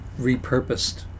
repurposed